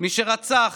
מי שרצח,